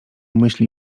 myśli